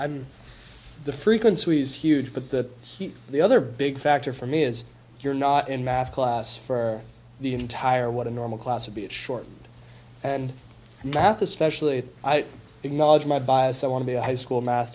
i'm the frequency is huge but the heat the other big factor for me is you're not in math class for the entire what a normal class would be a short and nap especially if i acknowledge my bias i want to be a high school math